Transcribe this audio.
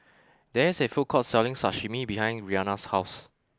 there is a food court selling Sashimi behind Rianna's house